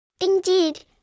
Indeed